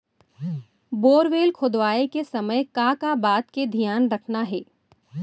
Borewell खोदवाए के समय का का बात के धियान रखना हे?